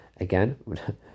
Again